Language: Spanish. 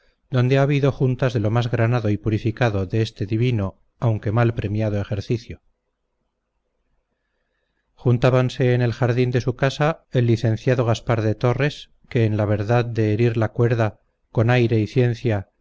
donde ha habido juntas de lo más granado y purificado de este divino aunque mal premiado ejercicio juntábanse en el jardín de su casa el licenciado gaspar de torres que en la verdad de herir la cuerda con aire y ciencia